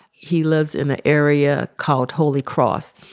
he lives in an area called holy cross.